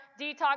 detox